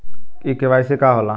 इ के.वाइ.सी का हो ला?